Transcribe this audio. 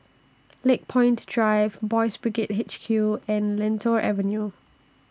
Lakepoint Drive Boys' Brigade H Q and Lentor Avenue